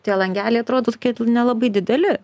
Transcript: tie langeliai atrodo tokie nelabai dideli